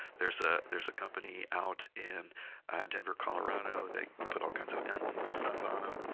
there's ah there's a company out in denver, colorado, they put all kinds of emblems and stuff on them.